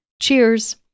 Cheers